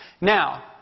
Now